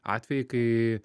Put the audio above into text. atvejai kai